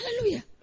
Hallelujah